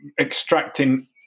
extracting